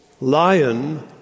Lion